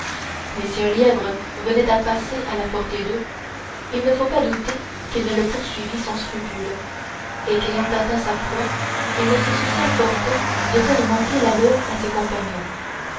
mais si un lièvre venait à passer à la portée de l'un d'eux il ne faut pas douter qu'il ne le poursuivît sans scrupule et qu'ayant atteint sa proie il ne se souciât fort peu de faire manquer la leur à ses compagnons